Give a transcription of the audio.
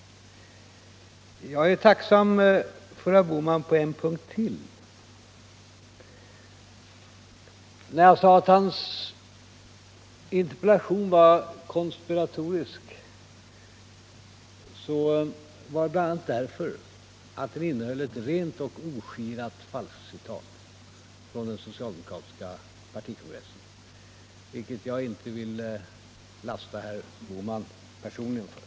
Jag är tacksam för vad herr Bohman sade på en punkt till. När jag själv anmärkte att hans interpellation var konspiratorisk, så var det bl.a. därför att den innehöll ett rent och skärt falskcitat från den socialdemokratiska partikongressen, vilket jag inte vill lasta herr Bohman personligen för.